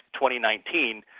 2019